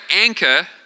anchor